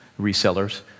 resellers